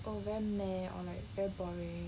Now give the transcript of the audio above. oh very meh or like very boring